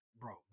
bro